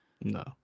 No